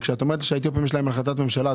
כשאת אומרת שלאתיופים יש החלטת ממשלה,